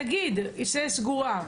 נגיד שהיא סגורה.